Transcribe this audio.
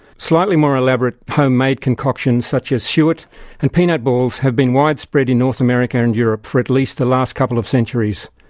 slightly more elaborate homemade concoctions such as suet or and peanut balls have been widespread in north america and europe for a least the last couple of centuries.